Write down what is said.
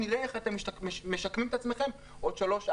נראה איך אתם משקמים את עצמכם עוד שלוש,